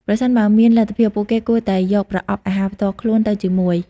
ប្រសិនបើមានលទ្ធភាព ពួកគេគួរតែយកប្រអប់អាហារផ្ទាល់ខ្លួនទៅជាមួយ។